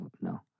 No